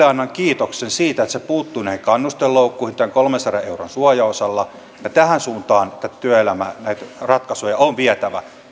annan kiitoksen siitä että se puuttui näihin kannusteloukkuihin tällä kolmensadan euron suojaosalla ja tähän suuntaan näitä työelämän ratkaisuja on vietävä